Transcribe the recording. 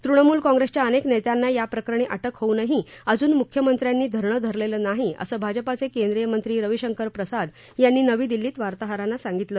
तृणमूल काँग्रेसच्या अनेक नेत्यांना या प्रकरणी अटक होऊनही अजून मुख्यमंत्र्यांनी धरणं धरलेलं नाही असं भाजपाचे केंद्रीय मंत्री रविशंकर प्रसाद यांनी नवी दिल्लीत वार्ताहरांना सांगितलं